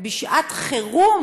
בשעת חירום